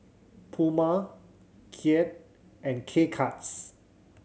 Puma Kia and K Cuts